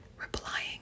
Replying